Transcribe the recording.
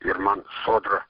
ir man sodra